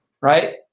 right